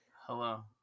hello